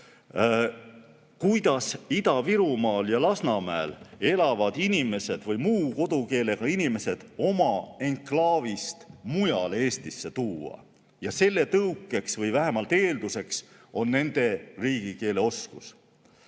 kuidas Ida-Virumaal ja Lasnamäel elavad inimesed või üldse muu kodukeelega inimesed oma enklaavist mujale Eestisse tuua. Ja selle tõukeks või vähemalt eelduseks on nende riigikeeleoskus.